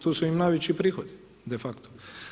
Tu su im najveći prihodi de facto.